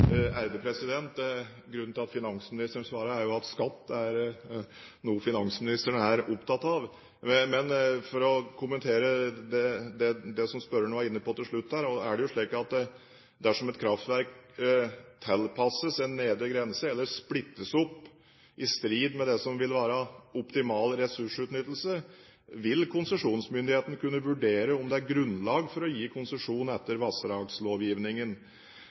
Grunnen til at finansministeren svarer, er jo at skatt er noe finansministeren er opptatt av. Men for å kommentere det som spørreren var inne på til slutt her, er det jo slik at dersom et kraftverk tilpasses til nedre grense eller splittes opp i strid med det som vil være optimal ressursutnyttelse, vil konsesjonsmyndighetene kunne vurdere om det er grunnlag for å gi konsesjon etter